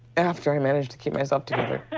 after. i managed to keep myself together!